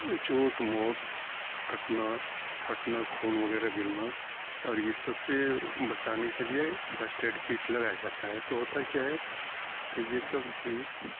چوٹ موٹ کٹنا پھٹنا خون وغیرہ گرنا اور یہ سب سے بچانے کے لیے فرسٹ ایڈ کیٹ لگایا جاتا ہے تو ہوتا کیا ہے کہ یہ سب جی